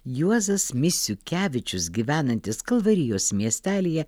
juozas misiukevičius gyvenantis kalvarijos miestelyje